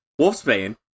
Wolfsbane